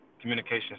communication